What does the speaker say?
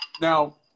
Now